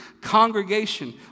congregation